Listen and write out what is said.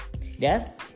yes